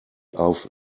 auf